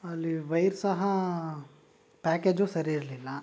ಅಲ್ಲಿ ವೈರ್ ಸಹಾ ಪ್ಯಾಕೇಜು ಸರಿ ಇರಲಿಲ್ಲಾ